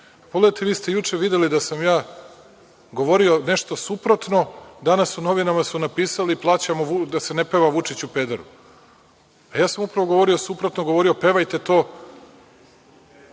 promeni. Pogledajte, vi ste juče videli da sam ja govorio nešto suprotno, danas u novinama su napisali „Plaćamo da se ne peva Vučiću pederu“. Pa, ja sam upravo suprotno govorio pevajte to,